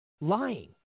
lying